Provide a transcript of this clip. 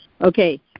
Okay